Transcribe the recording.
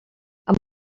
amb